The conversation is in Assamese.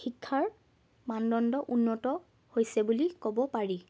শিক্ষাৰ মানদণ্ড উন্নত হৈছে বুলি ক'ব পাৰি